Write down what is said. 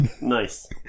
Nice